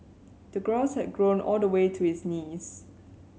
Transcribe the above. the grass had grown all the way to his knees